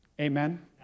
Amen